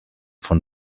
von